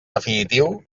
definitiu